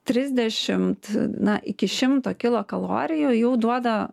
trisdešimt na iki šimto kilokalorijų jau duoda